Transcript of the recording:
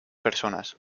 personas